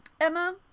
Emma